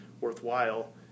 worthwhile